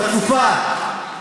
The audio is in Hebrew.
חצופה.